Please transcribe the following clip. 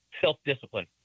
self-discipline